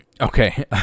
okay